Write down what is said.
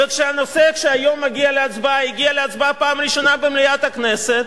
וכשהנושא שמגיע היום להצבעה הגיע להצבעה בפעם הראשונה במליאת הכנסת,